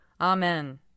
Amen